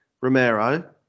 Romero